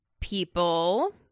people